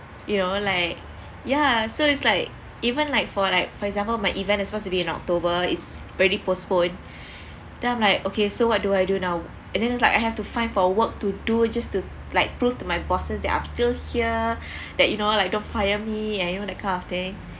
you know like ya so it's like even like for like for example my event is supposed to be in october it's already postponed then I'm like okay so what do I do now and then it's like I have to find for work to do just to like prove to my bosses that I'm still here that you know like don't fire me and you know that kind of thing